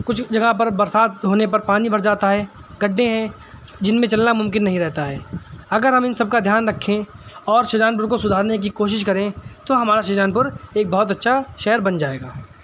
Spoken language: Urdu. کچھ جگہ پر برسات ہونے پر پانی بھر جاتا ہے گڈھے ہیں جن میں چلنا ممکن نہیں رہتا ہے اگر ہم ان سب کا دھیان رکھیں اور شاہجہان پور کو سدھارنے کی کوشش کریں تو ہمارا شاہجہان پور ایک بہت اچھا شہر بن جائے گا